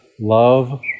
love